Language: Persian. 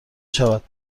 شود